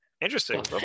Interesting